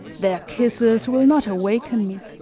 their kisses will not awaken me,